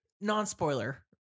non-spoiler